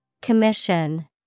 Commission